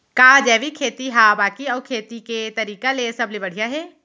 का जैविक खेती हा बाकी अऊ खेती के तरीका ले सबले बढ़िया हे?